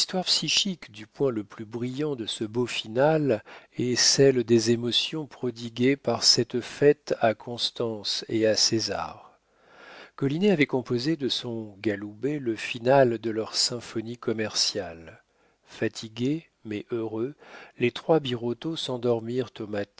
du point le plus brillant de ce beau finale est celle des émotions prodiguées par cette fête à constance et à césar collinet avait composé de son galoubet le finale de leur symphonie commerciale fatigués mais heureux les trois birotteau s'endormirent